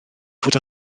fod